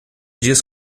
dias